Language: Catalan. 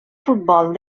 futbol